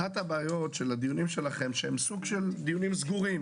אחת הבעיות של הדיונים שלכם שהם דיונים סגורים.